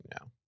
now